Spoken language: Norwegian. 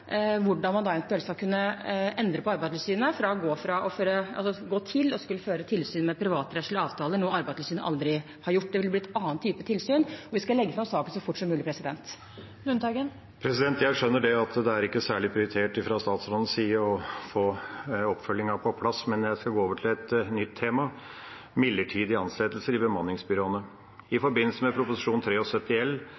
hvordan man eventuelt skal kunne endre Arbeidstilsynet til å gå til å skulle føre tilsyn med privatrettslige avtaler, noe Arbeidstilsynet aldri har gjort. Det vil bli en annen type tilsyn. Vi skal legge fram saken så fort som mulig. Per Olaf Lundteigen – til oppfølgingsspørsmål. Jeg skjønner at det ikke er særlig prioritert fra statsrådens side å få oppfølgingen på plass, men jeg skal gå over til et nytt tema: midlertidige ansettelser i bemanningsbyråene. I